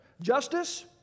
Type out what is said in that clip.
Justice